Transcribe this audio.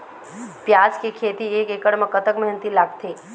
प्याज के खेती एक एकड़ म कतक मेहनती लागथे?